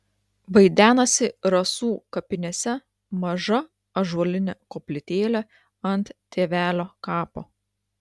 vaidenasi rasų kapinėse maža ąžuolinė koplytėlė ant tėvelio kapo